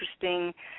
interesting